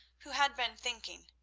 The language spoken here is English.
who had been thinking.